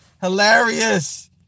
hilarious